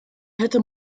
hätte